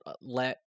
let